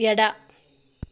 ಎಡ